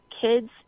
kids